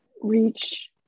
reach